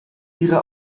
ihre